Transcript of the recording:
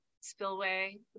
Spillway